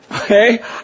Okay